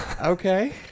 okay